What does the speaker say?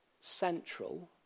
central